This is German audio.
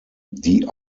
die